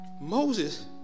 Moses